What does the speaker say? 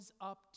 up